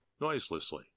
noiselessly